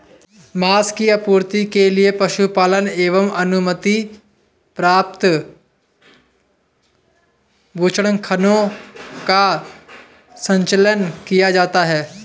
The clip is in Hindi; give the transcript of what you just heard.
माँस की आपूर्ति के लिए पशुपालन एवं अनुमति प्राप्त बूचड़खानों का संचालन किया जाता है